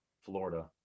Florida